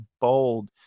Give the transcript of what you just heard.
bold